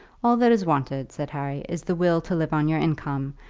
all that is wanted, said harry, is the will to live on your income,